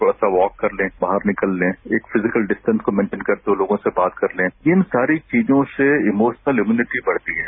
थोड़ा सा वॉक करते हैं बाहर निकलने एक फिजिकल डिस्टेंस मैनटेन करके लोगों से बात करने इन सारी चीजों से इमोशनल इम्युनिटी बढ़ती है